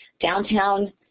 Downtown